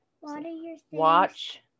watch